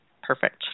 perfect